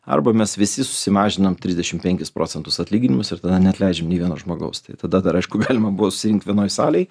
arba mes visi susimažinam trisdešimt penkis procentus atlyginimus ir tada neatleidžiam nei vieno žmogaus tada dar aišku galima buvo susirinkt vienoj salėj